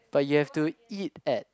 but you have to eat at